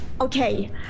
Okay